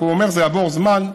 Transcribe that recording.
רק אומר: יעבור זמן,